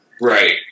Right